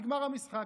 נגמר המשחק,